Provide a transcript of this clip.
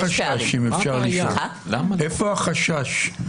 איפה החשש?